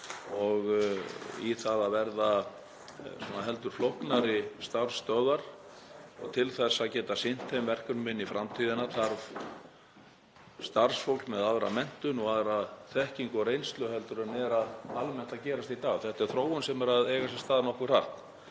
í það að verða heldur flóknari starfsstöðvar. Til að geta sinnt þeim verkefnum inn í framtíðina þarf starfsfólk með aðra menntun og aðra þekkingu og reynslu en almennt gerist í dag. Þetta er þróun sem á sér nú stað nokkuð hratt.